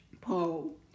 Paul